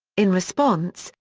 in response,